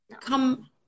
come